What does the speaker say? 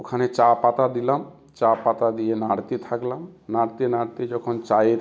ওখানে চা পাতা দিলাম চা পাতা দিয়ে নাড়তে থাকলাম নাড়তে নাড়তে যখন চায়ের